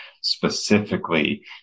specifically